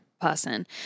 person